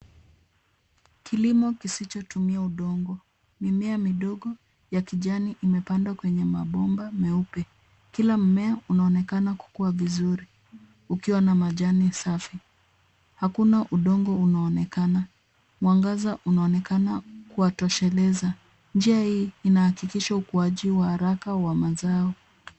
Kilimo kisichotumia udongo. Mimea midogo ya kijani imepandwa kwenye mabomba meupe. Kila mmea unaonekana kukua vizuri ukiwa na majani safi. Hakuna udongo unaonekana. Mwangaza unaonekana kuwatosheleza. Njia hii inahakikisha ukuaji wa haraka wa mazao.